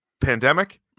pandemic